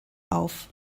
auf